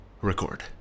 Record